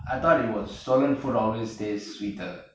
I thought it was stolen food always tastes sweeter